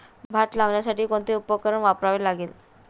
भात लावण्यासाठी कोणते उपकरण वापरावे लागेल?